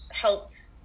helped